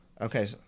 okay